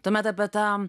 tuomet apie tą